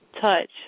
touch